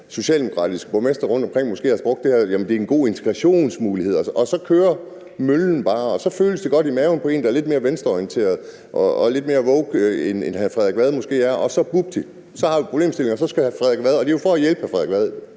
socialdemokratiske borgmestre rundtomkring måske har brugt det her med, at det er en god integrationsmulighed, og så kører møllen bare, og så føles det godt i maven på en, der er lidt mere venstreorienteret og lidt mere woke, end hr. Frederik Vad måske er, og så – vupti – har vi problemstillingen. Det er jo for at hjælpe hr. Frederik Vad.